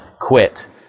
quit